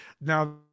now